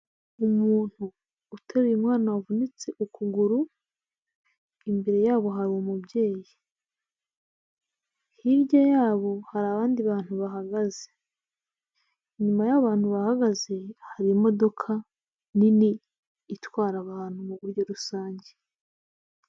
Umuntu uteruye umwana wavunitse ukuguru, imbere yabo hari umubyeyi, hirya yabo hari abandi bantu bahagaze, inyuma y'abantu bahagaze hari imodoka itwara abantu mu buryo rusange.